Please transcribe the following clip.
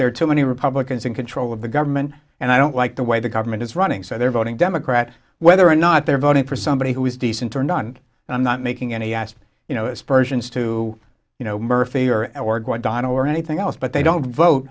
there are too many republicans in control of the government and i don't like the way the government is running so they're voting democrat whether or not they're voting for somebody who is decent or none and i'm not making any asked you know aspersions to you know murphy or edward why don or anything else but they don't vote